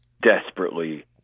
desperately